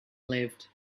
lived